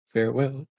Farewell